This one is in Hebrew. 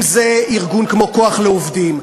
אם זה ארגון כמו "כוח לעובדים",